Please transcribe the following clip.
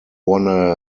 won